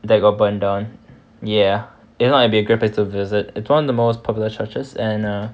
that got burnt down ya if not it'll be a great place to visit it's one of the most popular churches and err